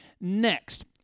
Next